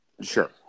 Sure